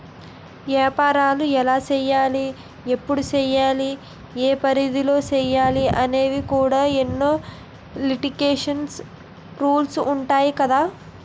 ఏపారాలు ఎలా సెయ్యాలి? ఎప్పుడు సెయ్యాలి? ఏ పరిధిలో సెయ్యాలి అనేవి కూడా ఎన్నో లిటికేషన్స్, రూల్సు ఉంటాయి కదా